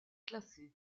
classer